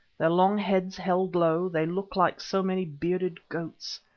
their long heads held low, they look like so many bearded goats.